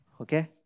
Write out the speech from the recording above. Okay